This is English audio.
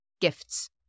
gifts